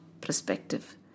perspective